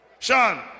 Sean